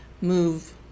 move